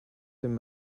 him